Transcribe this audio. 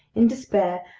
in despair,